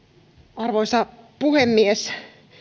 arvoisa puhemies